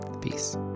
Peace